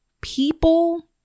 people